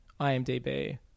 IMDb